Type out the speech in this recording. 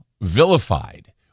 vilified